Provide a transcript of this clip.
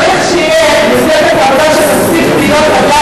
צריך שתהיה מפלגת עבודה שתפסיק להיות עלה